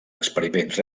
experiments